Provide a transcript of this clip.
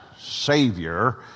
savior